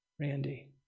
Randy